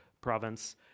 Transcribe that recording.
province